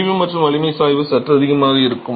பிரிவு மற்றும் வலிமை சாய்வு சற்று அதிகமாக இருக்கும்